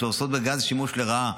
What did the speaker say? שעושות בגז שימוש לרעה,